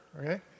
okay